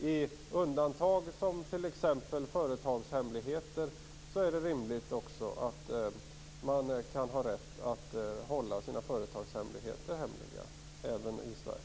I undantagsfall som t.ex. företagshemligheter är det också rimligt att man kan ha rätt att hålla dem hemliga även i Sverige.